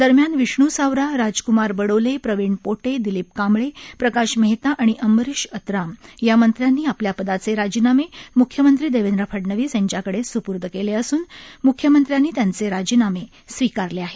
दरम्यान विष्णू सावरा राजक्मार बडोले प्रवीण पोटे दिलीप कांबळे प्रकाश मेहता आणि अंबरिश अत्राम या मंत्र्यांनी आपल्या पदाचे राजीनामे मुख्यमंत्री देवेंद्र फडनवीस यांच्याकडे सुपूर्द केले असून म्थ्यमंत्र्यांनी त्यांचे राजीनामे स्वीकारले आहेत